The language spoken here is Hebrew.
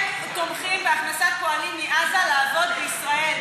הם תומכים בהכנסת פועלים מעזה לעבוד בישראל,